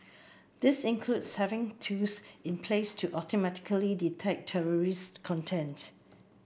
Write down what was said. this includes having tools in place to automatically detect terrorist content